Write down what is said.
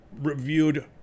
reviewed